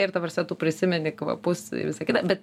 ir ta prasme tu prisimeni kvapus ir visa kita bet